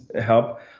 help